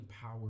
power